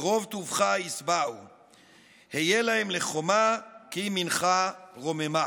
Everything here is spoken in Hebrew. ורוב טובך ישבעו / היה להם לחומה / כי ימינך רוממה."